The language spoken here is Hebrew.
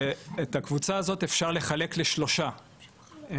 ואת הקבוצה הזאת אפשר לחלק לשלוש קבוצות.